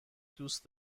دوست